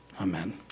Amen